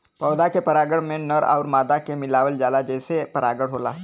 पौधा के परागण में नर आउर मादा के मिलावल जाला जेसे परागण होला